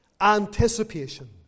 anticipation